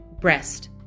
breast